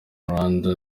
rwanda